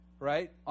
right